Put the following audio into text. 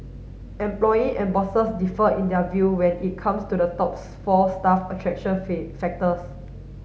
employee and bosses differed in their view when it comes to the top four staff attraction factors